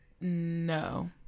No